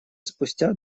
спустя